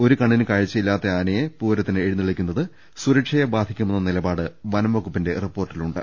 ഒരു കണ്ണിന് കാഴ്ച്ചയില്ലാത്ത ആനയെ പൂരത്തിന് എഴു ന്നള്ളിക്കുന്നത് സുരക്ഷയെ ബാധിക്കുമെന്ന നിലപാട് വനംവകുപ്പിന്റെ റിപ്പോർട്ടിലുണ്ട്